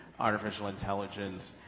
artificial intelligence.